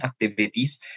activities